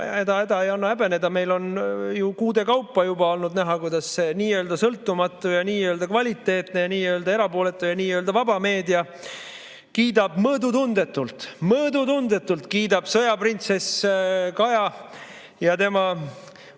Ega häda ei anna häbeneda, meil on ju kuude kaupa olnud näha, kuidas nii‑öelda sõltumatu ja nii‑öelda kvaliteetne ja nii‑öelda erapooletu ja nii‑öelda vaba meedia kiidab mõõdutundetult – mõõdutundetult kiidab! – sõjaprintsess Kaja ja tema